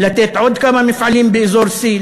לתת עוד כמה מפעלים באזור C,